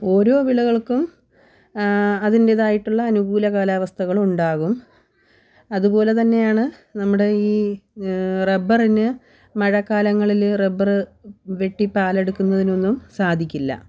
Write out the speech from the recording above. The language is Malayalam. ഓരോ വിളകൾക്കും അതിൻ്റെതായിട്ടുള്ള അനുകൂല കലാവാസ്ഥകളുണ്ടാകും അതുപോലെ തന്നെയാണ് നമ്മുടെ ഈ റബ്ബറിന് മഴക്കാലങ്ങളിൽ റബ്ബർ വെട്ടി പാൽ എടുക്കുന്നതിനൊന്നും സാധിക്കില്ല